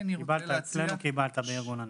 קיבלת אצלנו מארגוני הנכים.